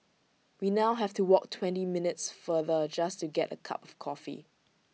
we now have to walk twenty minutes farther just to get A cup of coffee